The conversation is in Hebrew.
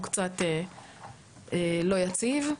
הוא קצת לא יציב,